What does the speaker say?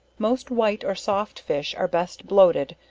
most white or soft fish are best bloated,